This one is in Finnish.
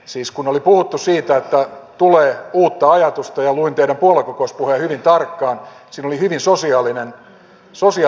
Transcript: siis oli puhuttu siitä että tulee uutta ajatusta ja kun luin teidän puoluekokouspuheenne hyvin tarkkaan siinä oli hyvin sosiaalinen henki